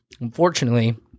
unfortunately